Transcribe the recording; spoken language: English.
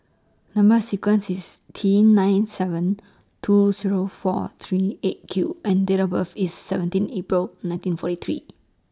Number sequence IS T nine seven two Zero four three eight Q and Date of birth IS seventeen April nineteen forty three